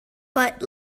but